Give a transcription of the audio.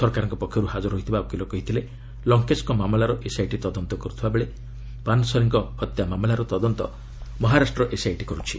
ସରକାରଙ୍କ ପକ୍ଷରୁ ହାଜର ହୋଇଥିବା ଓକିଲ କହିଥିଲେ ଲଙ୍କେଶ୍ଙ୍କ ମାମଲାର ଏସ୍ଆଇଟି ତଦନ୍ତ କରୁଥିବାବେଳେ ପାନ୍ସରେଙ୍କ ହତ୍ୟା ମାମଲାର ତଦନ୍ତ ମହାରାଷ୍ଟ୍ର ଏସ୍ଆଇଟି କରୁଛି